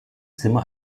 zimmer